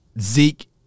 Zeke